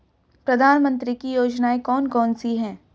प्रधानमंत्री की योजनाएं कौन कौन सी हैं?